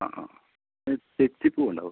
ആ ആ തെച്ചി പൂവുണ്ടാകുവോ